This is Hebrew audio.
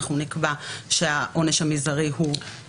אנחנו נקבע שהעונש המזערי הוא נגזרת של עונש המקסימום.